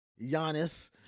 Giannis